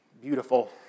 beautiful